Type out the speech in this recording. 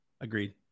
Agreed